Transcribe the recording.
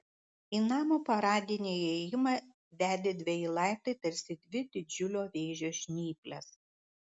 į namo paradinį įėjimą vedė dveji laiptai tarsi dvi didžiulio vėžio žnyplės